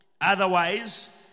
Otherwise